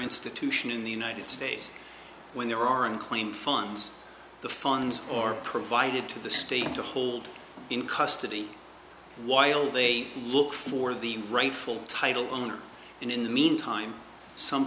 institution in the united states when there are unclaimed funds the funds or provided to the states to hold in custody while they look for the rightful title owner in the meantime some